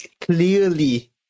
clearly